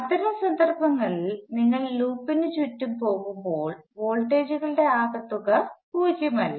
അത്തരം സന്ദർഭങ്ങളിൽ നിങ്ങൾ ലൂപ്പിന് ചുറ്റും പോകുമ്പോൾ വോൾട്ടേജുകളുടെ ആകെത്തുക പൂജ്യമല്ല